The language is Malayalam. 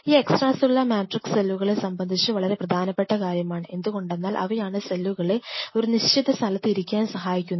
ഈ എക്സ്ട്രാ സെല്ലുലാർ മാട്രിക്സ് സെല്ലുകളെ സംബന്ധിച്ച് വളരെ പ്രധാനപ്പെട്ട കാര്യമാണ് എന്തുകൊണ്ടെന്നാൽ അവയാണ് സെല്ലുകളെ ഒരു നിശ്ചിത സ്ഥലത്ത് ഇരിക്കാൻ സഹായിക്കുന്നത്